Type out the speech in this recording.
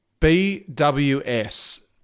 BWS